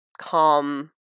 calm